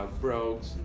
brogues